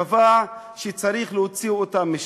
קבע שצריך להוציא אותם משם.